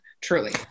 Truly